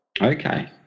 Okay